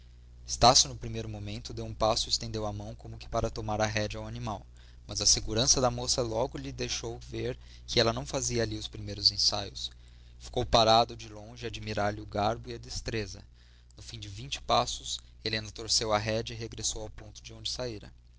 estácio no primeiro momento deu um passo e estendeu a mão como para tomar a rédea ao animal mas a segurança da moça logo lhe deixou ver que ela não fazia ali os primeiros ensaios ficou parado de longe a admirar lhe o garbo e a destreza no fim de vinte passos helena torceu a rédea e regressou ao ponto donde saíra